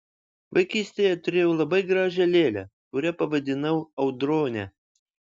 vaikystėje turėjau labai gražią lėlę kurią pavadinau audrone